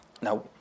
now